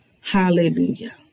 Hallelujah